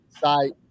site